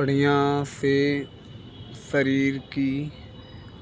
बढ़िया से शरीर की